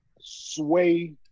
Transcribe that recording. sway